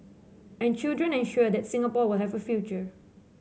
and children ensure that Singapore will have a future